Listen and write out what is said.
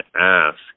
ask